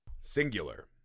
singular